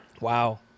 Wow